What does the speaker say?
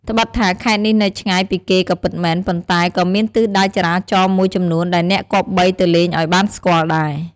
ត្បិតថាខេត្តនេះនៅឆ្ងាយពីគេក៏ពិតមែន ប៉ុន្តែក៏មានទិសដៅចរាចរណ៍មួយចំនួនដែលអ្នកគប្បីទៅលេងឱ្យបានស្គាល់ដែរ។